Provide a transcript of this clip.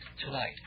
tonight